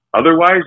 Otherwise